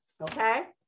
okay